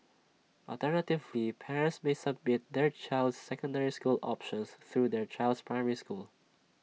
alternatively parents may submit their child's secondary school options through their child's primary school